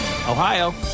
Ohio